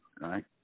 right